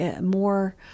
more